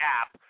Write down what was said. app